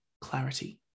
clarity